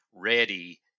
ready